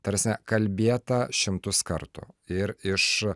ta prasme kalbėta šimtus kartų ir iš